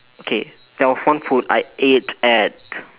okay there was one food I ate at